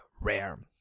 rare